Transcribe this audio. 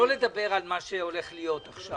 לא לדבר על מה שהולך להיות עכשיו,